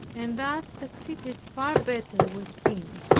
and that succeeded far better with him